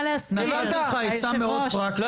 אני נתתי לך הצעה מאוד פרקטית בהתחלה תאמין לי.